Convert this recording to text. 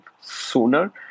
sooner